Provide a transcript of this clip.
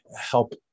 help